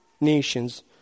nations